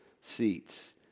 seats